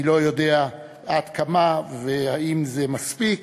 אני לא יודע עד כמה והאם זה מספיק,